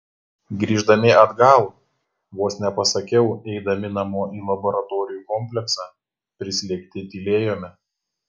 grįždami atgal vos nepasakiau eidami namo į laboratorijų kompleksą prislėgti tylėjome